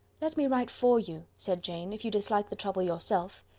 let me write for you, said jane, if you dislike the trouble yourself.